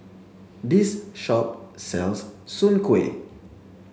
this shop sells Soon Kuih